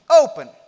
open